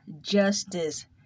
justice